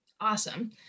awesome